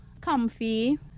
comfy